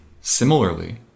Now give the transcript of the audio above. Similarly